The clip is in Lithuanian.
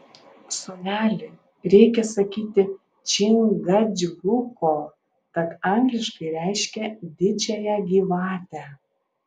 sūneli reikia sakyti čingačguko tat angliškai reiškia didžiąją gyvatę